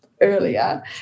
earlier